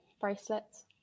bracelets